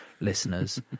listeners